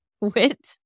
Wit